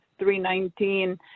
319